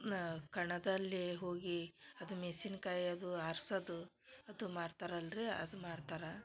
ನಾ ಕಣದಲ್ಲಿ ಹೋಗಿ ಅದು ಮೆಸಿನ್ಕಾಯಿ ಅದು ಆರ್ಸದು ಅದು ಮಾರ್ತಾರಲ್ರೀ ಅದು ಮಾರ್ತಾರೆ